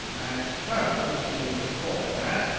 i suppose you could call it that,